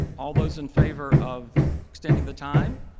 all those in favor of extending the time?